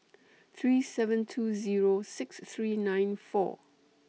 three seven two Zero six three nine four